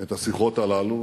את השיחות הללו.